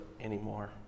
anymore